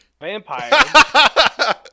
vampire